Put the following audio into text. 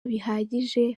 bihagije